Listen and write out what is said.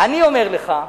אני אומר לך,